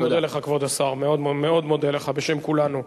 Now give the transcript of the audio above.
אני מודה לך, כבוד השר, מאוד מודה לך בשם כולנו.